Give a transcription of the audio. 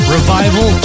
Revival